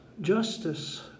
justice